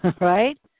Right